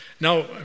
Now